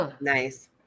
nice